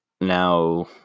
Now